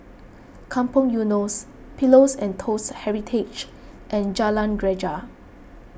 Kampong Eunos Pillows and Toast Heritage and Jalan Greja